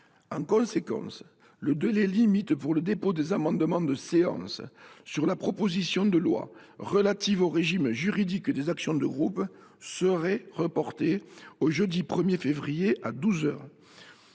En conséquence, le délai limite pour le dépôt des amendements de séance sur la proposition de loi relative au régime juridique des actions de groupe serait reporté au jeudi 1 février à 12